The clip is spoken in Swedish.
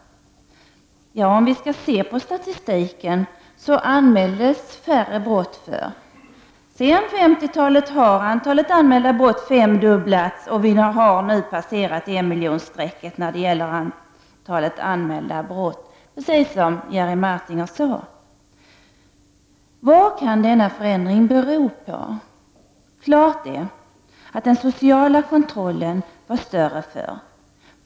Ja, om vi skall se på statistiken. Det anmäldes färre brott förr. Sedan 1950 har antalet anmälda brott femdubblats, och vi har nu passerat enmiljonstrecket när det gäller anmälda brott per år, precis som Jerry Martinger sade. Vad kan denna förändring bero på? Klart är, att den sociala kontrollen var större förr.